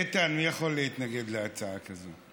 איתן, מי יכול להתנגד להצעה כזאת?